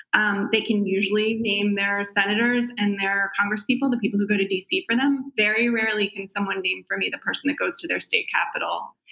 um they can usually name their senators and their congress people, the people who go to d. c. for them. very rarely can someone name for me the person that goes to their state capital.